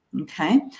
Okay